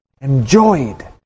enjoyed